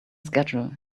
schedule